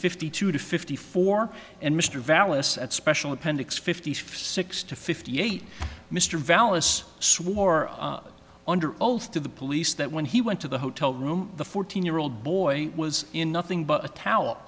fifty two to fifty four and mr valis at special appendix fifty six to fifty eight mr valis swore under oath to the police that when he went to the hotel room the fourteen year old boy was in nothing but a towe